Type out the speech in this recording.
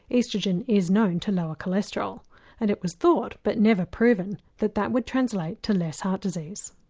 oestrogen is known to lower cholesterol and it was thought, but never proven, that that would translate to less heart disease.